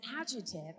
adjective